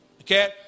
Okay